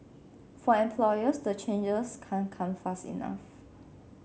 for employers the changes can't come fast enough